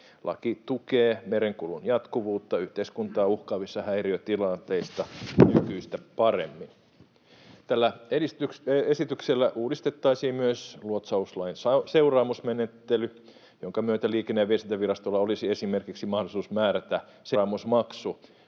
Laki tukee merenkulun jatkuvuutta yhteiskuntaa uhkaavissa häiriötilanteissa nykyistä paremmin. Tällä esityksellä uudistettaisiin myös luotsauslain seuraamusmenettely, jonka myötä Liikenne- ja viestintävirastolla olisi esimerkiksi mahdollisuus määrätä seuraamusmaksu